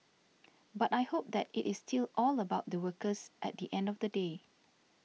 but I hope that it is still all about the workers at the end of the day